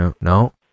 no